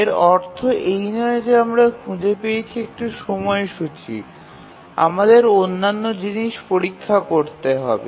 এর অর্থ এই নয় যে আমরা খুঁজে পেয়েছি একটি সময়সূচী আমাদের অন্যান্য জিনিস পরীক্ষা করতে হবে